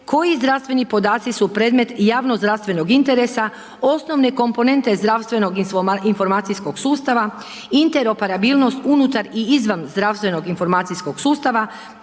koji zdravstveni podaci su predmet javnozdravstvenog interesa, osnovne komponente zdravstvenog informacijskog sustava, interoperabilnost unutar i izvan zdravstvenog informacijskog sustava,